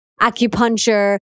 acupuncture